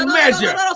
measure